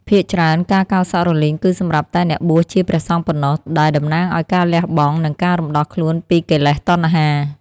ភាគច្រើន ការកោរសក់រលីងគឺសម្រាប់តែអ្នកបួសជាព្រះសង្ឃប៉ុណ្ណោះ ដែលតំណាងឲ្យការលះបង់ និងការរំដោះខ្លួនពីកិលេសតណ្ហា។